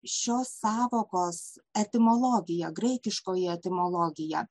šios sąvokos etimologija graikiškoji etimologija